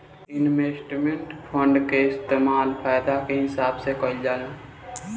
investment fund के इस्तेमाल फायदा के हिसाब से ही कईल जाला